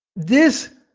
this